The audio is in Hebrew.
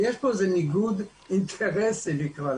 יש פה ניגוד אינטרסים.